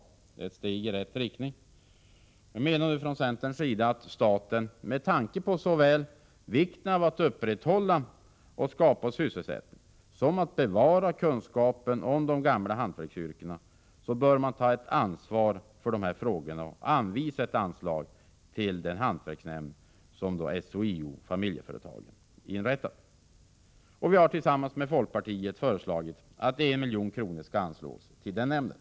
Det är ett steg i rätt riktning. Vi menar från centerns sida att staten med tanke på vikten av att upprätthålla och skapa sysselsättning samt att bevara kunskapen om de gamla hantverksyrkena bör ta ett ansvar för dessa frågor och anvisa ett anslag till den hantverksnämnd som SHIO-Familjeföretagen inrättat. Vi har tillsammans med folkpartiet föreslagit att 1 milj.kr. skall anslås till den nämnden.